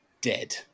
dead